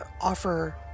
offer